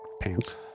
pants